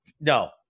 no